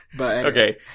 Okay